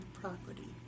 property